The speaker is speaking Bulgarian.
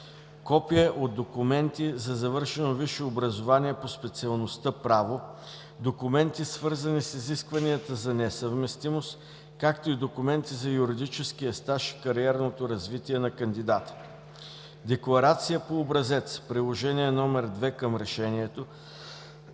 копие от документи за завършено висше образование по специалността „Право“; документи, свързани с изискванията за несъвместимост; както и документи за юридическия стаж и кариерното развитие на кандидата; - декларация по образец – Приложение № 2 към решението,